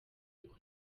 niko